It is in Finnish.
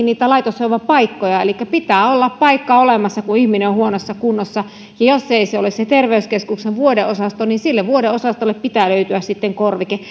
niitä laitoshoivapaikkoja elikkä pitää olla paikka olemassa kun ihminen on huonossa kunnossa ja jos ei se ole se terveyskeskuksen vuodeosasto niin sille vuodeosastolle pitää löytyä sitten korvike